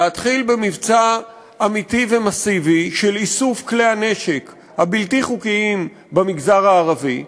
להתחיל במבצע אמיתי ומסיבי של איסוף כלי הנשק הבלתי-חוקיים במגזר הערבי,